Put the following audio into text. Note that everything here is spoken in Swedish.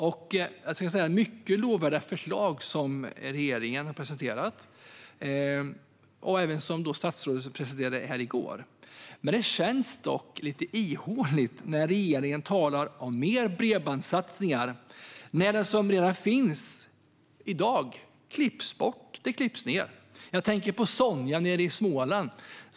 Det är mycket lovvärda förslag som regeringen har presenterat och som statsrådet presenterade här i går. Det känns dock lite ihåligt när regeringen talar om mer bredbandssatsningar när det som redan finns i dag klipps bort. Jag tänker på Sonja nere i Småland.